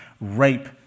rape